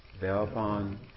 Thereupon